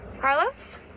Carlos